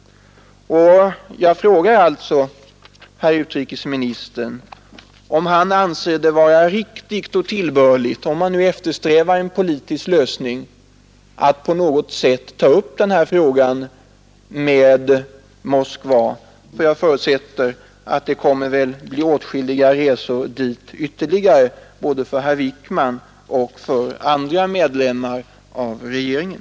Jag frågar alltså herr utrikesministern om han anser det riktigt och tillbörligt, om man nu eftersträvar en politisk lösning, att på något sätt ta upp frågan om vapenleveranserna med Moskva. Jag förutsätter att det väl blir åtskilliga ytterligare resor dit både för herr Wickman och för andra medlemmar av regeringen.